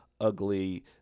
ugly